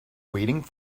waiting